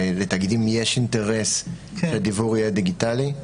ולתאגידים יש אינטרס שהדיוור יהיה דיגיטלי,